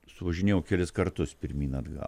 suvažinėjau kelis kartus pirmyn atgal